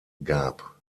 gab